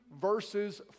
verses